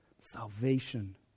salvation